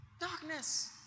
darkness